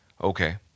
Okay